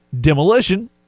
Demolition